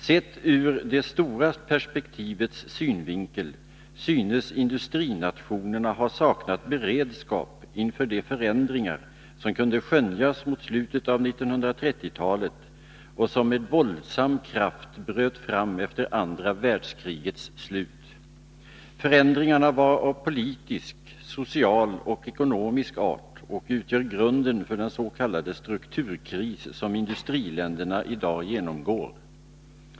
Sett ur det stora perspektivets synvinkel tycks industrinationerna ha saknat beredskap inför de förändringar som kunde skönjas mot slutet av 1930-talet och som med våldsam kraft bröt fram efter andra världskrigets slut. Förändringarna var av politisk, social och ekonomisk art och utgör grunden för den s.k. strukturkris som industriländerna i dag genomgår.